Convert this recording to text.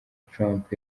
trump